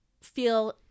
feel